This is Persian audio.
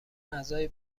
اعضای